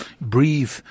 breathe